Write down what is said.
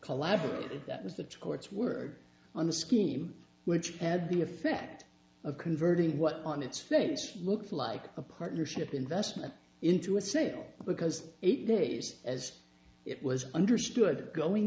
collaborated that was the court's word on the scheme which had the effect of converting what on its face looks like a partnership investment into a sale because eight days as it was understood going